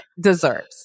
deserves